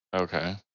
okay